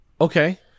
Okay